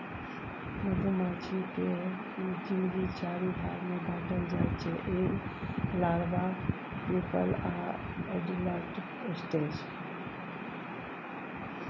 मधुमाछी केर जिनगी चारि भाग मे बाँटल जाइ छै एग, लारबा, प्युपल आ एडल्ट स्टेज